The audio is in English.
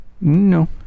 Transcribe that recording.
No